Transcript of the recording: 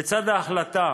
לצד ההחלטה